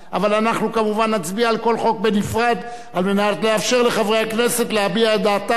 כדי לאפשר לחברי הכנסת להביע את דעתם על כל חוק בנפרד בקריאה ראשונה.